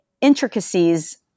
intricacies